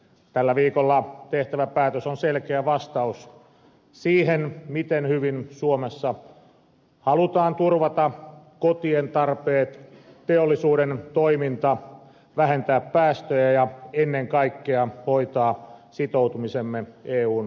tällä viikolla tehtävä päätös on selkeä vastaus siihen miten hyvin suomessa halutaan turvata kotien tarpeet teollisuuden toiminta vähentää päästöjä ja ennen kaikkea hoitaa sitoutumisemme eun ilmastopakettiin